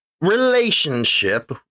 relationship